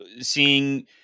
seeing